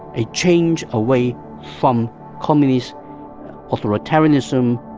a change away from communist authoritarianism,